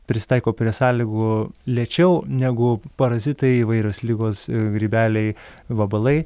prisitaiko prie sąlygų lėčiau negu parazitai įvairios ligos grybeliai vabalai